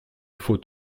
faut